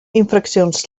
infraccions